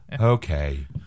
okay